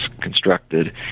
constructed